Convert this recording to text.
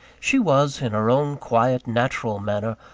she was, in her own quiet, natural manner,